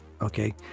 Okay